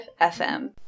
FM